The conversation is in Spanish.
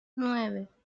nueve